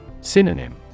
Synonym